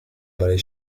برای